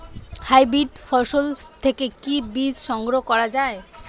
Hybrid ফসল থেকে কি বীজ সংগ্রহ করা য়ায়?